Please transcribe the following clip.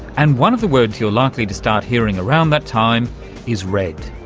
and one of the words you're likely to start hearing around that time is redd.